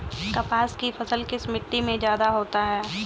कपास की फसल किस मिट्टी में ज्यादा होता है?